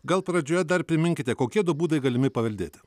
gal pradžioje dar priminkite kokie du būdai galimi paveldėti